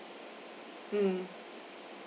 mm